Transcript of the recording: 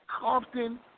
Compton